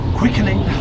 quickening